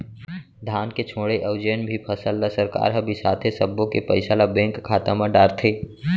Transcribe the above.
धान के छोड़े अउ जेन भी फसल ल सरकार ह बिसाथे सब्बो के पइसा ल बेंक खाता म डारथे